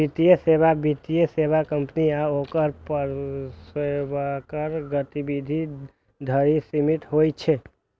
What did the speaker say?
वित्तीय सेवा वित्तीय सेवा कंपनी आ ओकर पेशेवरक गतिविधि धरि सीमित होइ छै